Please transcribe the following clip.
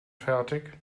fertig